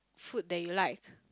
food that you like